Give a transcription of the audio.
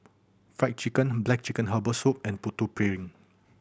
Fried Chicken black chicken herbal soup and Putu Piring